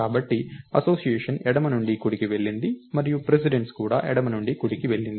కాబట్టి అసోసియేషన్ ఎడమ నుండి కుడికి వెళ్ళింది మరియు ప్రిసిడెన్స్ కూడా ఎడమ నుండి కుడికి వెళ్ళింది